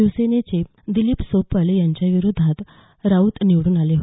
शिवसेनेचे दिलीप सोपल यांच्याविरोधात राऊत निवडून आले आहेत